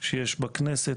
שיש בכנסת.